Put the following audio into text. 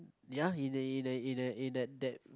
ya in that in that in that in that that